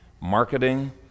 marketing